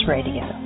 Radio